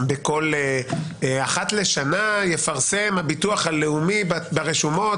לפרסם אחת לשנה הביטוח הלאומי ברשומות